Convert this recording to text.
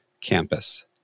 campus